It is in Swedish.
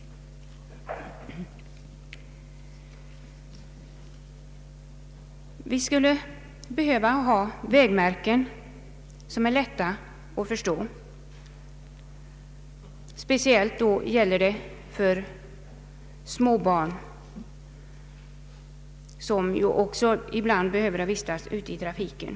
Vi skulle behöva ha vägmärken som är lätta att förstå. Speciellt gäller detta för småbarn som ju också ibland behöver vistas ute i trafiken.